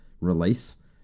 release